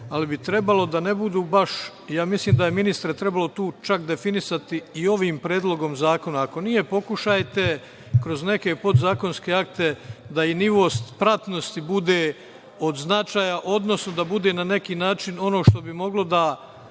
ali bi trebalo da ne budu baš, ja mislim da je trebalo, ministre, tu čak definisati i ovim predlogom zakona, ako nije, pokušajte kroz neke podzakonske akte da i nivo spratnosti bude od značaja, odnosno da bude na neki način ono što bi moglo da